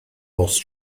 lost